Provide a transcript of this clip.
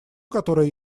которое